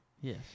Yes